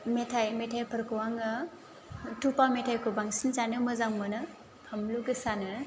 मेथाय मेथायफोरखौ आङो थुफा मेथायखौ बांसिन जानो मोजां मोनो फामलु गोसानो